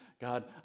God